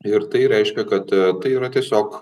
ir tai reiškia kad tai yra tiesiog